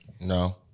No